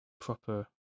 Proper